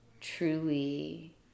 truly